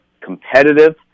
competitive